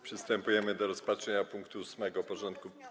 Przystępujemy do rozpatrzenia punktu 8. porządku.